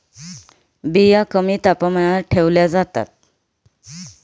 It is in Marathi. बिया कमी तापमानात ठेवल्या जातात